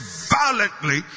violently